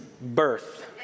birth